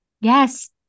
Yes